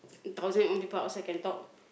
thousand and one people outside can talk